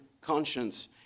conscience